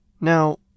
Now